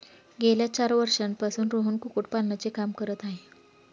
गेल्या चार वर्षांपासून रोहन कुक्कुटपालनाचे काम करत आहे